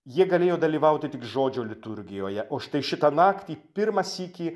jie galėjo dalyvauti tik žodžio liturgijoje o štai šitą naktį pirmą sykį